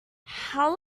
how